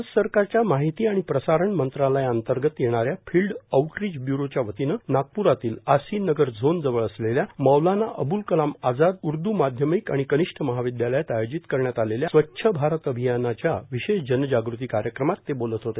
भारत सरकारच्या माहिती आणि प्रसारण मंत्रालया अंतर्गत येण्या या फिल्ड आउटरीच ब्यूरोच्या वतीने नागप्रातील आसी नगर झोन जवळ असलेल्या मौलाना अब्ल कलाम आजाद उर्द माध्यमिक आणि कनिष्ठ महाविदयालयात आयोजित करण्यात आलेल्या आयोजित स्वच्छ भारत अभियानाच्या विशेष जनजाग़ती कार्यक्रमात ते बोलत होते